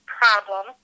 problem